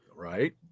right